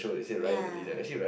ya